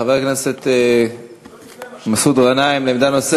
חבר הכנסת מסעוד גנאים, עמדה נוספת.